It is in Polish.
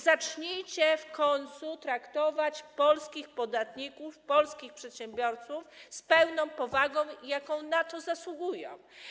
Zacznijcie w końcu traktować polskich podatników, polskich przedsiębiorców z pełną powagą, jak na to zasługują.